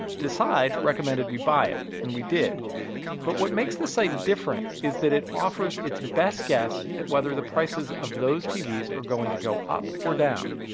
decide recommended we buy it and we did but what makes this site different is that it offers its best guess at whether the prices of that tv are going to go up or down.